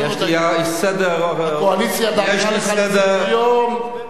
הקואליציה דאגה לך לסדר-יום.